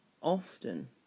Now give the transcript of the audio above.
Often